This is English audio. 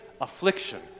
affliction